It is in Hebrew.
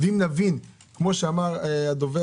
אם נבין, כפי שאמר דן